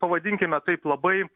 pavadinkime taip labai